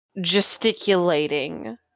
gesticulating